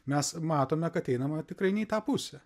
mes matome kad einama tikrai ne į tą pusę